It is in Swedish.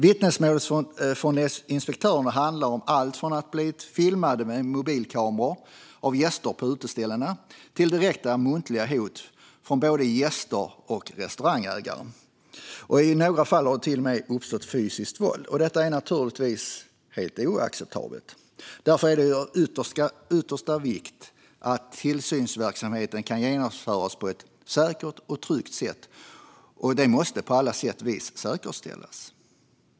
Vittnesmål från inspektörerna handlar om allt från filmning med mobilkameror av gäster på uteställen till direkta muntliga hot från både gäster och restaurangägare. I några fall har det till och med tillgripits fysiskt våld. Detta är naturligtvis helt oacceptabelt. Det är av yttersta vikt att tillsynsverksamheten kan genomföras på ett säkert och tryggt sätt, och detta måste på alla sätt och vis säkerställas.